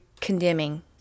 condemning